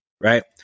right